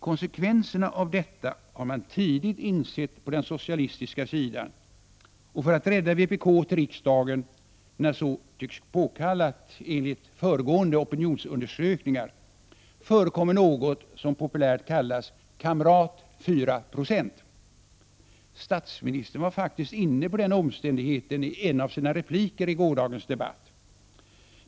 Konsekvenserna av detta har man tidigt insett på den socialistiska sidan, och för att rädda vpk till riksdagen, när så tycks påkallat enligt föregående opinionsundersökningar, förekommer något som populärt kallas Kamrat 4 Jo. Statsministern var faktiskt inne på den omständigheten i en av sina repliker i gårdagens debatt.